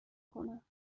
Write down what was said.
کنم